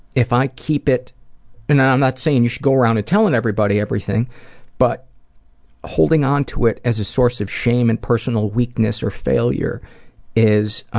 if i keep it and i'm not saying you should go around telling everybody everything but holding onto it as a source of shame or and personal weakness or failure is